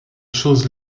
choses